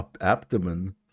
abdomen